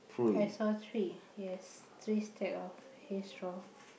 alright I saw three yes three stack of hay straw